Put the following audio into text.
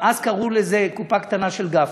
אז קראו לזה "קופה קטנה של גפני".